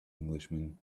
englishman